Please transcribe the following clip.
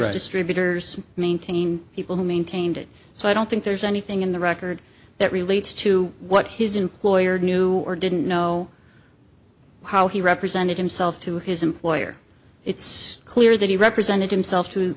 distributors maintain people who maintained it so i don't think there's anything in the record that relates to what his employer knew or didn't know how he represented himself to his employer it's clear that he represented himself to